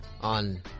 on